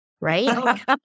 right